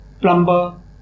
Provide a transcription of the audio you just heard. plumber